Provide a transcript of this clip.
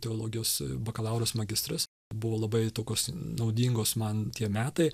teologijos bakalauras magistras buvo labai tokios naudingos man tie metai